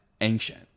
ancient